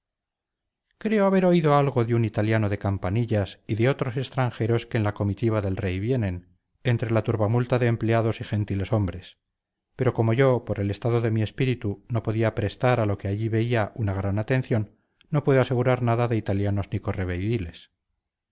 creo haber oído algo de un italiano de campanillas y de otros extranjeros que en la comitiva del rey vienen entre la turbamulta de empleados y gentileshombres pero como yo por el estado de mi espíritu no podía prestar a lo que allí veía una gran atención no puedo asegurar nada de italianos ni